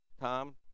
Tom